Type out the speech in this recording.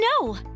No